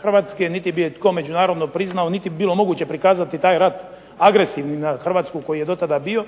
Hrvatske niti bi je tko međunarodno priznao niti bi bilo moguće prikazati taj rat agresivnim na Hrvatsku koji je do tada bio.